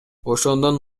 ошондон